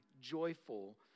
joyful